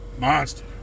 monster